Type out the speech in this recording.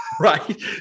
Right